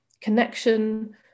connection